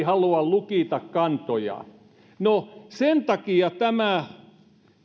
halua lukita kantoja sen takia tämä